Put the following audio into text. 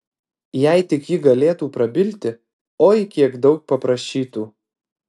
jei tik ji galėtų prabilti oi kiek daug paprašytų